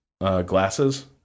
glasses